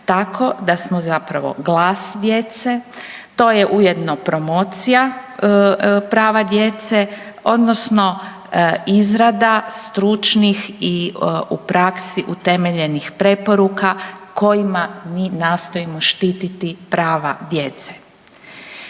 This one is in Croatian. tako da samo zapravo glas djece, to je ujedno promocija prava djece odnosno izrada stručnih i u praksi utemeljenih preporuka kojima mi nastojimo štiti prava djece.